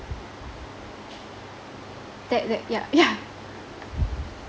that that ya yeah